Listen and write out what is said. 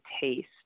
taste